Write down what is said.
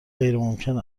غیرممکن